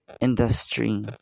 industry